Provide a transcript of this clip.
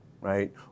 right